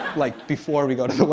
like, before we go to